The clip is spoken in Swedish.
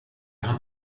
han